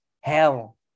hell